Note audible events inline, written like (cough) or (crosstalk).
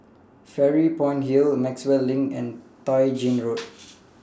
Fairy Point Hill Maxwell LINK and Tai Gin Road (noise)